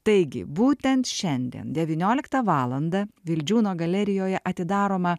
taigi būtent šiandien devynioliktą valandą vildžiūno galerijoje atidaroma